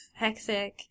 Hexic